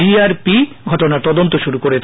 জি R P ঘটনার তদন্ত শুরু করেছে